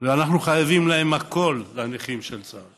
ואנחנו חייבים להם הכול, לנכים של צה"ל,